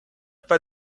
pas